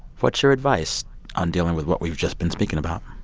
what's your advice on dealing with what we've just been speaking about?